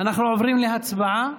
אנחנו עוברים להצבעה.